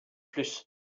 plus